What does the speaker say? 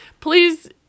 please